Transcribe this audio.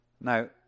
Now